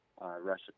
Russia